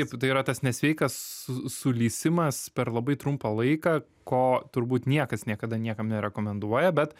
taip tai yra tas nesveikas sulysimas per labai trumpą laiką ko turbūt niekas niekada niekam nerekomenduoja bet